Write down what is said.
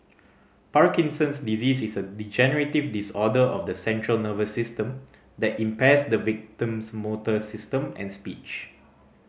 Parkinson's disease is a degenerative disorder of the central nervous system that impairs the victim's motor system and speech